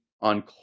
on